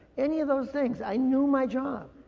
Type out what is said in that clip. any of those things, i knew my job.